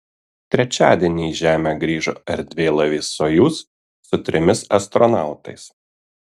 trečiadienį į žemę grįžo erdvėlaivis sojuz su trimis astronautais